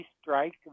strike